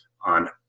on